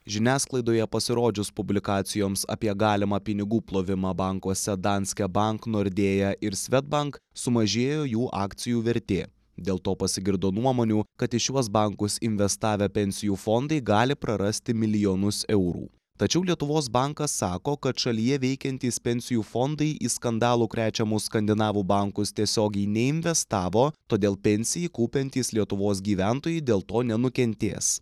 žiniasklaidoje pasirodžius publikacijoms apie galimą pinigų plovimą bankuose danske bank nordėja ir svedbank sumažėjo jų akcijų vertė dėl to pasigirdo nuomonių kad į šiuos bankus investavę pensijų fondai gali prarasti milijonus eurų tačiau lietuvos bankas sako kad šalyje veikiantys pensijų fondai į skandalų krečiamus skandinavų bankus tiesiogiai neinvestavo todėl pensijai kaupiantys lietuvos gyventojai dėl to nenukentės